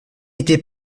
était